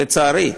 לצערי,